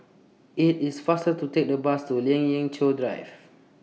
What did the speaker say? IT IS faster to Take The Bus to Lien Ying Chow Drive